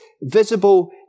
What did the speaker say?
visible